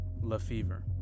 LaFever